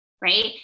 right